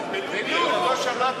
יש הצעה שהמדינה